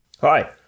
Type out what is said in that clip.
hi